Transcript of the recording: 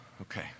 Okay